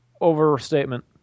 overstatement